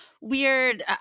weird